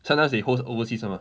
sometimes they host overseas 的 mah